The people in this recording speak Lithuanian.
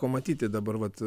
ko matyti dabar vat